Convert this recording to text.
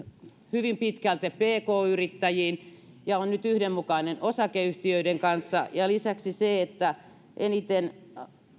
hyvin pitkälti pk yrittäjiin ja on nyt yhdenmukainen osakeyhtiöiden kanssa ja lisäksi se on eniten